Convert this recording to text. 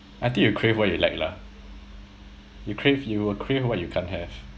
I think you crave what you like lah you crave you will crave what you can't have